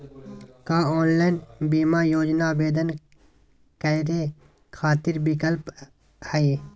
का ऑनलाइन बीमा योजना आवेदन करै खातिर विक्लप हई?